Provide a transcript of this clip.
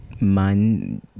Man